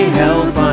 help